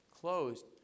closed